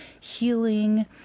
healing